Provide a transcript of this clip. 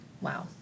wow